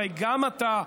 הרי גם אתה,